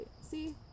See